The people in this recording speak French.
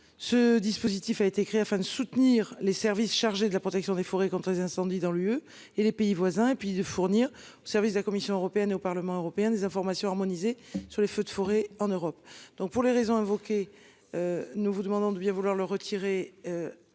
Ce dispositif a été créé afin de soutenir les services chargés de la protection des forêts contre les incendies dans l'UE et les pays voisins et puis de fournir aux services de la Commission européenne au Parlement européen des informations. Sur les feux de forêts en Europe donc pour les raisons invoquées. Nous vous demandons de bien vouloir le retirer.